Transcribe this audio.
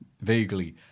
vaguely